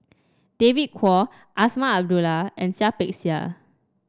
David Kwo Azman Abdullah and Seah Peck Seah